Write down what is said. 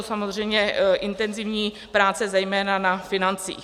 Samozřejmě intenzivní práce zejména na financích.